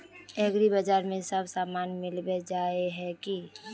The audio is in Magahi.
एग्रीबाजार में सब सामान मिलबे जाय है की?